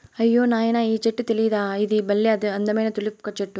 అయ్యో నాయనా ఈ చెట్టు తెలీదా ఇది బల్లే అందమైన తులిప్ చెట్టు